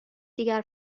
دیگر